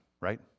right